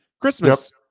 Christmas